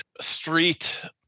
street